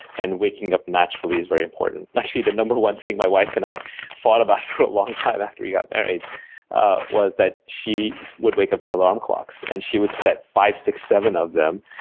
and waking up naturally is very important. actually, the no. one thing my wife and i fought about for a long time after we got married was that she would wake up to alarm clocks. and she would set five, six, seven of them